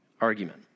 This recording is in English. argument